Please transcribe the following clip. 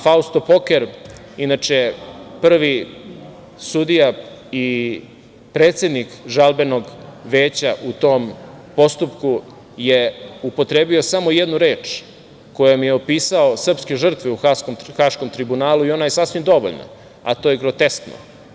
Fausto Pokar, inače prvi sudija i predsednik Žalbenog veća u tom postupku, je upotrebio samo jednu reč kojom je opisao srpske žrtve u Haškom tribunalu i ona je sasvim dovoljna, a to je groteskno.